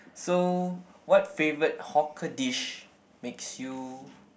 so what favourite hawker dish makes you